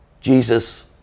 Jesus